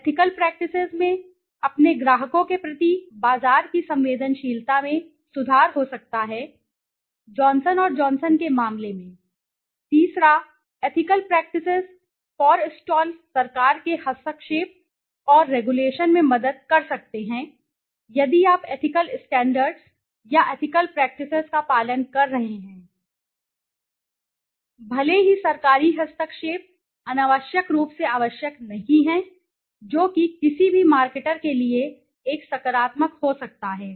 ethical प्रैक्टिसेसमें अपने ग्राहकों के प्रति बाजार की संवेदनशीलता में सुधार हो सकता है जॉनसन और जॉनसन के मामले में तीसरा एथिकल प्रैक्टिसेस फ़ॉरस्टॉल सरकार के हस्तक्षेप और रेगुलेशन में मदद कर सकते हैं यदि आप एथिकल स्टैंडर्ड्स या एथिकल प्रैक्टिसेसका पालन कर रहे हैं भले ही सरकारी हस्तक्षेप अनावश्यक रूप से आवश्यक नहीं है जो कि है किसी भी मार्केटर के लिए एक सकारात्मक हो सकता है